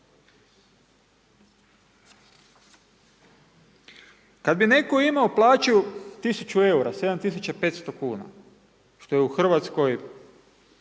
Kad bi netko imao plaću tisuću eura, 7 500 kuna, što je u Hrvatskoj